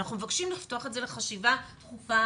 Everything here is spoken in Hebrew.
ואנחנו מבקשים לפתוח את זה לחשיבה דחופה